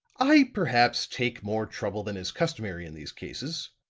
i perhaps take more trouble than is customary in these cases,